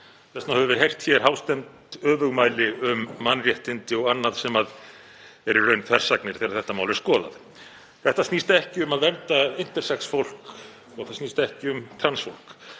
vegna höfum við heyrt hér hástemmd öfugmæli um mannréttindi og annað sem eru í raun þversagnir þegar þetta mál er skoðað. Þetta snýst ekki um að vernda intersex fólk og það snýst ekki um trans fólk.